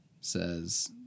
says